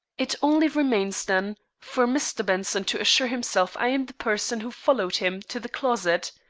it only remains, then, for mr. benson to assure himself i am the person who followed him to the closet.